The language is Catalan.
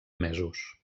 mesos